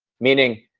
meaning,